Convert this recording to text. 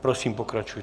Prosím, pokračujte.